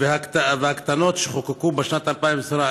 והקטנות שחוקקו בשנת 2018,